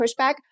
pushback